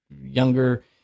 younger